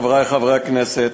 חברי חברי הכנסת,